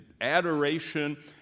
adoration